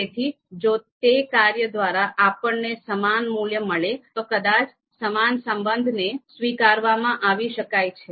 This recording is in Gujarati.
તેથી જો તે કાર્ય દ્વારા આપણને સમાન મૂલ્ય મળે તો કદાચ સમાન સંબંધને સ્વીકારવામાં આવી શકાય છે